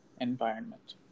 environment